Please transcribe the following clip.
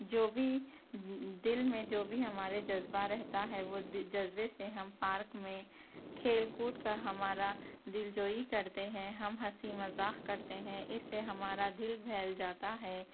جو بھی دل میں جو بھی ہمارے جذبہ رہتا ہے وہ جذبے سے ہم پارک میں کھیل کود کا ہمارا دلجوئی کرتے ہیں ہم ہنسی مذاق کرتے ہیں اِس سے ہمارا دل بہل جاتا ہے